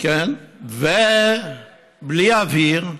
בלי אוויר,